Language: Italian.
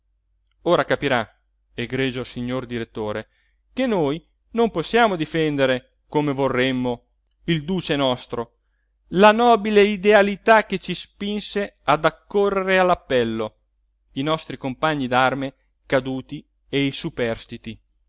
ora capirà egregio signor direttore che noi non possiamo difendere come vorremmo il duce nostro la nobile idealità che ci spinse ad accorrere all'appello i nostri compagni d'arme caduti e i superstiti